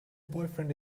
boyfriend